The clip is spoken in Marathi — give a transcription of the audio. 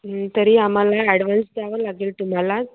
तरी आम्हाला ॲडवान्स द्यावा लागेल तुम्हाला